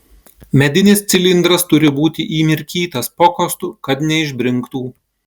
medinis cilindras turi būti įmirkytas pokostu kad neišbrinktų